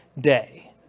day